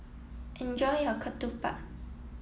enjoy your Ketupat